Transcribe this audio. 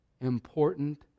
important